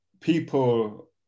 people